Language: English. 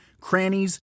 crannies